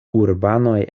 urbanoj